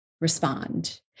respond